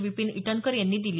विपीन इटनकर यांनी दिली